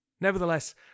Nevertheless